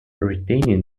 retaining